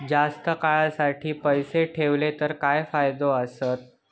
जास्त काळासाठी पैसे ठेवले तर काय फायदे आसत?